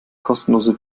kostenlose